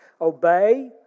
Obey